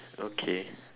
okay